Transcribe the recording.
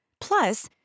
Plus